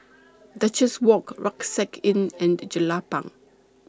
Duchess Walk Rucksack Inn and Jelapang